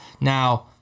Now